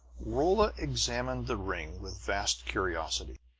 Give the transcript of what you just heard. rolla examined the ring with vast curiosity.